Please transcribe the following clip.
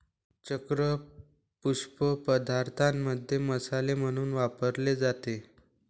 चक्र पुष्प पदार्थांमध्ये मसाले म्हणून वापरले जाते